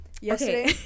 yesterday